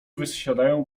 wysiadają